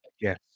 Yes